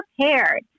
prepared